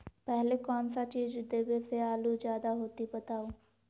पहले कौन सा चीज देबे से आलू ज्यादा होती बताऊं?